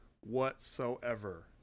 whatsoever